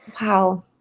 Wow